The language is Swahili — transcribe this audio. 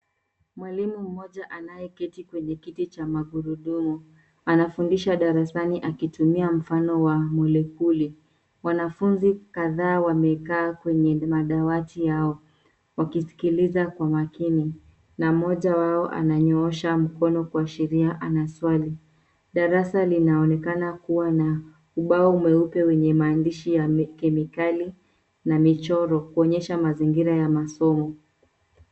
Mwalimu mmoja anayeketi kwenye kiti cha magurudumu. Anafundisha darasani akitumia mfano wa molekuli. Wanafunzi kadhaa wamekaa kwenye madawati yao. Wakisikiliza kwa makini. Na mmoja wao ananyoosha mkono kuashiria ana swali. Darasa linaonekana kuwa na ubao mweupe wenye maandishi ya kemikali na michoro kuonyesha mazingira ya masomo.